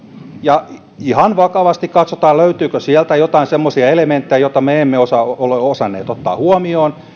ja ihan vakavasti katsomme löytyykö sieltä jotain semmoisia elementtejä joita me emme ole osanneet ottaa huomioon